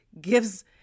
gives